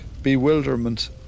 bewilderment